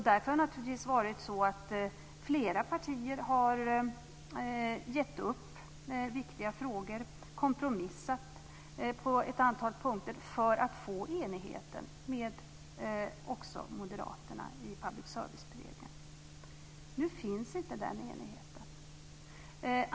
Därför har naturligtvis flera partier gett upp viktiga frågor och kompromissat på ett antal punkter för att nå den här enigheten även med moderaterna i Public serviceberedningen. Nu finns inte den enigheten.